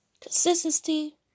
consistency